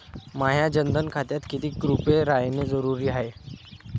माह्या जनधन खात्यात कितीक रूपे रायने जरुरी हाय?